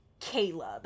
Caleb